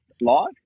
live